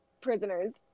prisoners